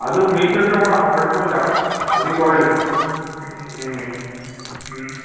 അത് മീറ്റർ ഇട്ട് ഓടാം കുഴപ്പമില്ല അതിൽ കുറയും